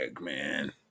man